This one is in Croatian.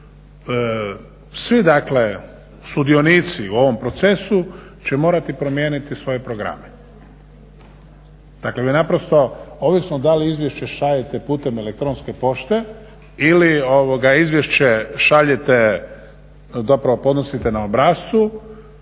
Svi dakle sudionici u ovom procesu će morati promijeniti svoje programe. Dakle vi naprosto, ovisno da li izvješće šaljete putem elektronske pošte ili izvješće šaljete zapravo podnosite na obrascu,